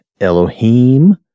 Elohim